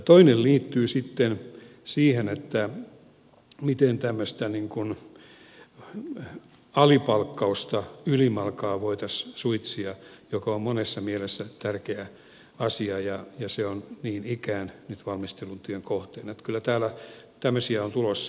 toinen liittyy sitten siihen miten tämmöistä alipalkkausta ylimalkaan voitaisiin suitsia mikä on monessa mielessä tärkeä asia ja se on niin ikään nyt valmistelutyön kohteena niin että kyllä täällä tämmöisiä on tulossa